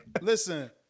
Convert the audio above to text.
Listen